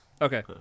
okay